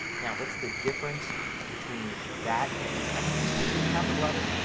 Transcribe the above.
now what's the difference between that and just actually typing the capital letters.